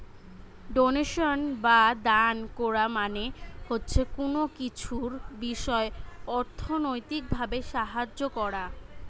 donation বা দান কোরা মানে হচ্ছে কুনো কিছুর বিষয় অর্থনৈতিক ভাবে সাহায্য কোরা